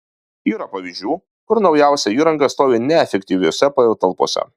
yra pavyzdžių kur naujausia įranga stovi neefektyviose patalpose